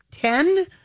ten